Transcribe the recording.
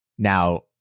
Now